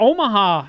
Omaha